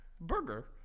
burger